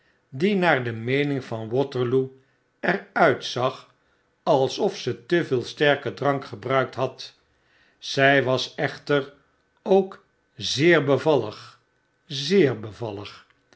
die naar de meening van waterloo er uitzag alsof ze te veel sterken drank gebruikt had zy was echter ook zeer bevallig zeer bevallig